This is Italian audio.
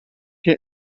che